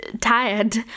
tired